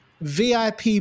VIP